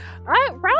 Round